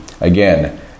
Again